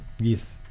Yes